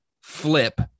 flip